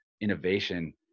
innovation